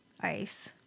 Ice